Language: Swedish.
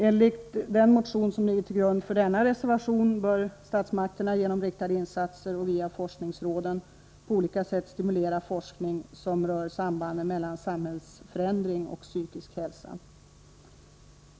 Enligt den motion som ligger till grund för denna reservation bör statsmakterna genom riktade insatser och via forskningsråden på olika sätt stimulera forskning som rör sambanden mellan samhällsförändringar och psykisk hälsa.